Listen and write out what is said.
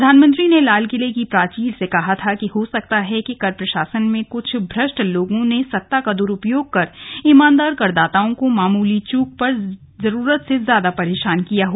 प्रधानमंत्री ने लालकिले की प्राचीर से कहा था कि हो सकता है कि कर प्रशासन में कुछ भ्रष्ट लोगों ने सत्ता का द्रुपयोग कर ईमानदार करदाताओं को मामूली चूक पर जरूरत से ज्यादा परेशान किया हो